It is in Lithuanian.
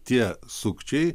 tie sukčiai